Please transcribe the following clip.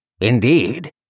Indeed